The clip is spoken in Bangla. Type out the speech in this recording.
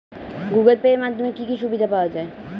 গুগোল পে এর মাধ্যমে কি কি সুবিধা পাওয়া যায়?